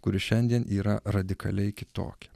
kuri šiandien yra radikaliai kitokia